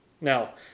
Now